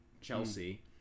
Chelsea